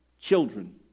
Children